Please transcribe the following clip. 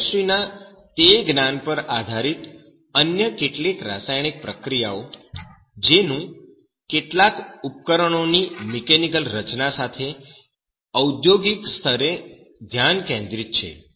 chemistry ના તે જ્ઞાન પર આધારિત અન્ય કેટલીક રાસાયણિક પ્રક્રિયાઓ જેનું કેટલાક ઉપકરણોની મિકેનિકલ રચના સાથે ઔદ્યોગિક સ્તરે ધ્યાન કેન્દ્રિત છે